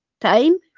time